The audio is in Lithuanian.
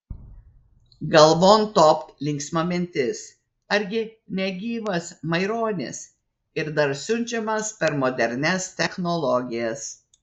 galvon topt linksma mintis argi ne gyvas maironis ir dar siunčiamas per modernias technologijas